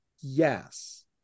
Yes